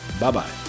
Bye-bye